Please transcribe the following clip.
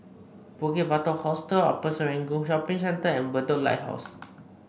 Bukit Batok Hostel Upper Serangoon Shopping Centre and Bedok Lighthouse